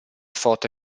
forte